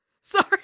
sorry